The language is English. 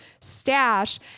stash